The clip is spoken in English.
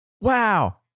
Wow